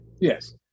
Yes